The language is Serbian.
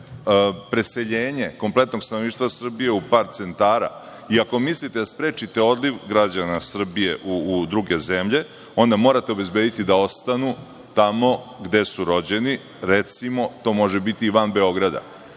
preseljenje kompletnog stanovništva Srbije u par centrala i ako mislite da sprečite odliv građana Srbije u druge zemlje, onda morate obezbediti da ostanu tamo gde su rođeni, recimo, to može biti i van Beograda. Upravo